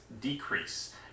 decrease